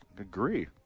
Agree